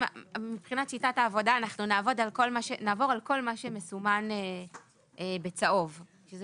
מבחינת שיטת העבודה אנחנו נעבור על כל מה שמסומן בצהוב שזה